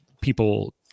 people